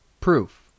Proof